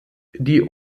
die